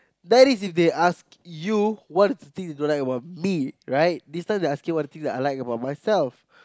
that is if they ask you what is the thing you don't like about me right this time they asking what is the thing I like about myself